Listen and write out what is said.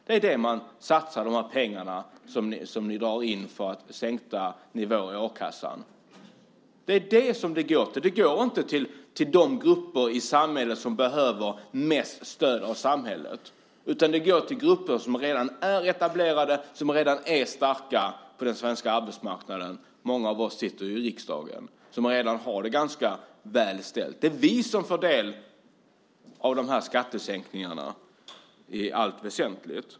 Det är det som de pengar som ni drar in genom sänkta ersättningsnivåer i a-kassan går till. Pengarna går inte till de grupper i samhället som behöver mest stöd av samhället, utan pengarna går till grupper som redan är etablerade och som redan är starka på den svenska arbetsmarknaden. Många av oss som sitter i riksdagen har det redan ganska väl ställt. Det är i allt väsentligt vi som får del av de här skattesänkningarna.